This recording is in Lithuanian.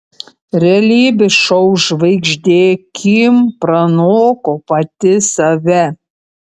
realybės šou žvaigždė kim pranoko pati save